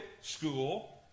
school